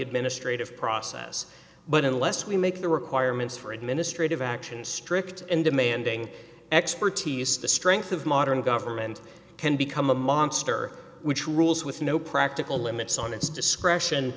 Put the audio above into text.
administrative process but unless we make the requirements for administrative action strict and demanding expertise the strength of modern government can become a monster which rules with no practical limits on its discretion